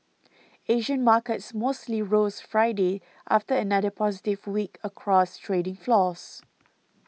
Asian markets mostly rose Friday after another positive week across trading floors